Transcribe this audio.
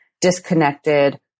disconnected